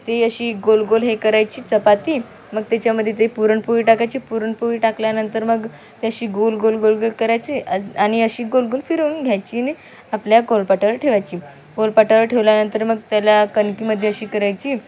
ते अशी गोल गोल हे करायची चपाती मग त्याच्यामध्ये ते पुरणपोळी टाकायची पुरणपोळी टाकल्यानंतर मग ते अशी गोल गोल गोल गोल करायचे आणि अशी गोल गोल फिरवून घ्यायची आणि आपल्या गोलपाटावर ठेवायची गोलपाटावर ठेवल्यानंतर मग त्याला कणकेमध्ये अशी करायची